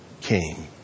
came